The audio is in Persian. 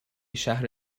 شهر